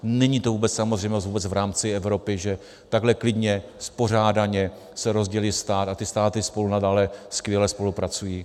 Není to vůbec samozřejmost v rámci Evropy, že takhle klidně, spořádaně se rozdělí stát a ty státy spolu nadále skvěle spolupracují.